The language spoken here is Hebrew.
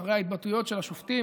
אחרי ההתבטאויות של השופטים,